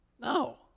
No